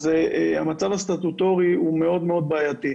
אז המצב הסטטוטורי מאוד מאוד בעייתי.